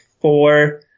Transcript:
four